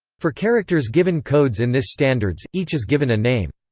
for characters given codes in this standards, each is given a name.